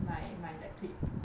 my my that clique